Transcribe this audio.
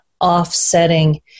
offsetting